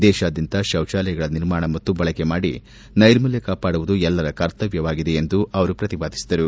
ದೇಶಾದ್ಯಂತ ಶೌಚಾಲಯಗಳ ನಿರ್ಮಾಣ ಮತ್ತು ಬಳಕೆ ಮಾಡಿ ನೈರ್ಮಲ್ಲ ಕಾಪಾಡುವುದು ಎಲ್ಲರ ಕರ್ತವ್ಲವಾಗಿದೆ ಎಂದು ಅವರು ಪ್ರತಿಪಾದಿಸಿದರು